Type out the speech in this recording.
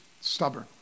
stubborn